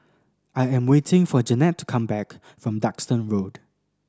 I am waiting for Janette to come back from Duxton Road